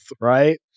right